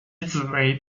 子为